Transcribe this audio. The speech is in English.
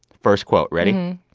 first quote, ready?